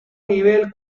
nivel